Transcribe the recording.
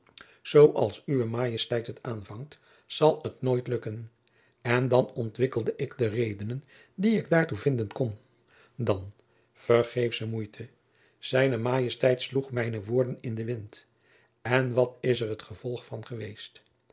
als uwe majesteit het aanvangt zal jacob van lennep de pleegzoon het nooit lukken en dan ontwikkelde ik de redenen die ik daartoe vinden kon dan vergeefsche moeite zijne majesteit sloeg mijne woorden in den wind en wat is er het gevolg van geweest